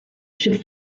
should